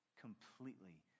completely